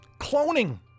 cloning